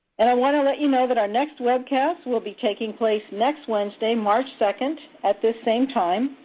and i want to let you know that our next webcast will be taking place next wednesday, march second, at this same time.